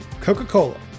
Coca-Cola